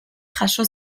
jaso